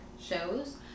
shows